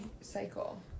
cycle